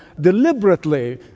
deliberately